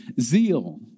Zeal